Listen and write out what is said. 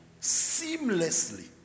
seamlessly